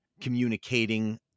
communicating